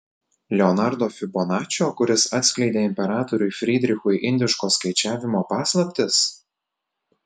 leonardo fibonačio kuris atskleidė imperatoriui frydrichui indiško skaičiavimo paslaptis